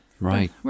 Right